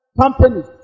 companies